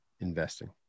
investing